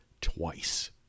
twice